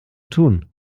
tun